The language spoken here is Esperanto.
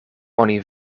oni